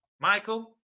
michael